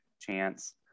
chance